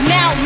Now